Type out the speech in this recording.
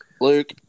Luke